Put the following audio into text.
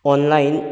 online